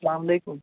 سلامُ علیکُم